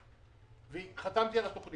כולל השתתפות בהתנגדויות.